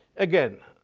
again,